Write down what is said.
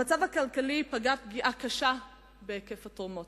המצב הכלכלי פגע פגיעה קשה בהיקף התרומות.